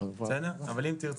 אם תרצה,